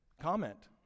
comment